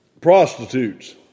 prostitutes